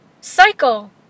cycle